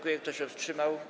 Kto się wstrzymał?